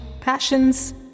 passion's